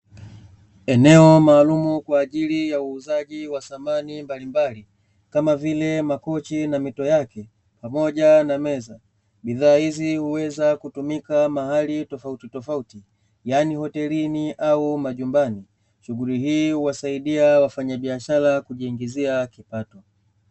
Eneo maalum kwa ajili ya uuzaji wa samani mbalimbali kama vile, makochi na mito yake pamoja na meza. Bidhaa hizi huweza kutumika mahali tofautitofauti, yaani hotelini au majumbani shughuli hii huwasaidia wafanyabiashara kujiingizia kipato.